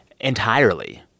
entirely